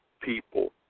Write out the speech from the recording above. people